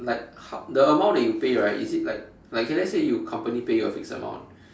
like how the amount that you pay right is it like like okay let's say you company pay you a fixed amount